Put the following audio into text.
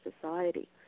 society